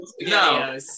No